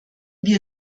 wir